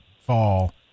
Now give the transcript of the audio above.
fall